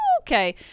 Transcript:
okay